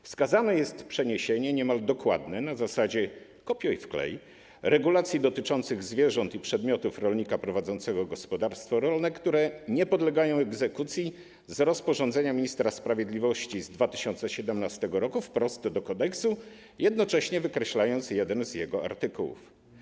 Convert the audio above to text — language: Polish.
Wskazane jest przeniesienie niemal dokładne, na zasadzie: kopiuj i wklej regulacji dotyczących zwierząt i przedmiotów rolnika prowadzącego gospodarstwo rolne, które nie podlegają egzekucji, z rozporządzenia ministra sprawiedliwości z 2017 r. wprost do kodeksu, jednocześnie wykreślając jeden z jego artykułów.